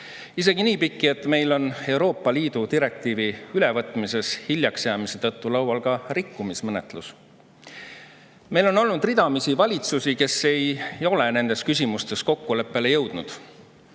Isegi nii pikki, et meil on Euroopa Liidu direktiivi ülevõtmisega hiljaks jäämise tõttu laual ka rikkumismenetlus. Meil on olnud ridamisi valitsusi, kes ei ole nendes küsimustes kokkuleppele jõudnud.